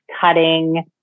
cutting